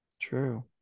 True